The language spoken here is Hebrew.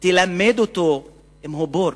תלמד אותו אם הוא בור,